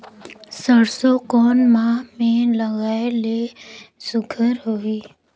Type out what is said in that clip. सरसो कोन माह मे लगाय ले सुघ्घर होही?